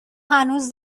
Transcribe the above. هنوز